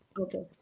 Okay